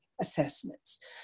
assessments